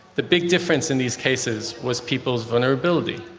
the big difference in these cases was peoples' vulnerability.